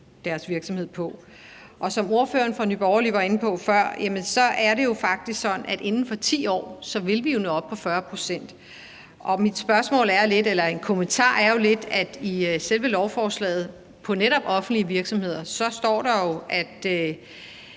deres virksomhed på. Og som ordføreren for Nye Borgerlige var inde på før, er det faktisk sådan, at vi jo inden for 10 år vil nå op på 40 pct. Min kommentar er jo lidt, at der i selve lovforslaget om netop offentlige virksomheder står, at